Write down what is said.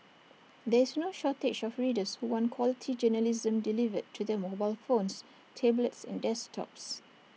there's no shortage of readers who want quality journalism delivered to their mobile phones tablets and desktops